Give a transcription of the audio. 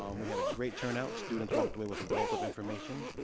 um we had a great turnout. students walked away with a wealth of information.